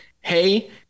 Hey